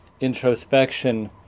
introspection